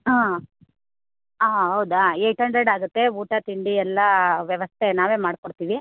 ಹಾಂ ಹಾಂ ಹೌದಾ ಏಯ್ಟ್ ಹಂಡ್ರೆಡ್ ಆಗುತ್ತೆ ಊಟ ತಿಂಡಿ ಎಲ್ಲ ವ್ಯವಸ್ಥೆ ನಾವೇ ಮಾಡಿಕೊಡ್ತೀವಿ